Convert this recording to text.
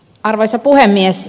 arvoisa puhemies